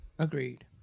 Agreed